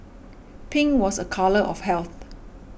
pink was a colour of health